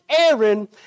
Aaron